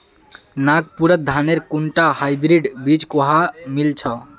नागपुरत धानेर कुनटा हाइब्रिड बीज कुहा मिल छ